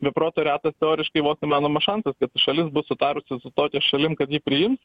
be proto retas teoriškai vos įmanomas šansas kad šalis bus sutarusi su tokia šalim ji priims